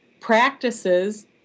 practices